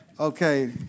Okay